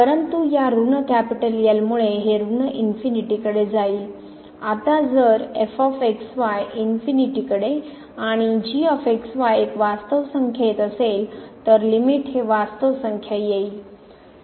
परंतु या ऋण मुळे हे ऋण इनफीनिटी कडे जाईल आता जर f x y इनफीनिटी कडे आणि g x y एक वास्तव संख्या येत असेल तर लिमिट हे वास्तव संख्या येईल